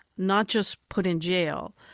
not just put in jail,